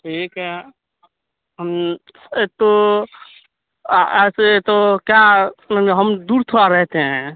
ٹھیک ہے ہم ایک تو ایسے تو کیا ہم دور تھوڑا رہتے ہیں